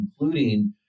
including